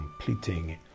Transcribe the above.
completing